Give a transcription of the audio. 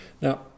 Now